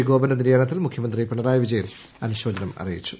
ഗോപന്റെ നിര്യാണത്തിൽ മുഖ്യമന്ത്രി പിണറായി വിജയൻ അനുശോചനം അറിയിച്ചു